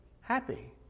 happy